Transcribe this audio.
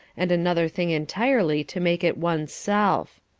and another thing entirely to make it one's self.